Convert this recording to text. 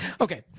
Okay